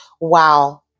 Wow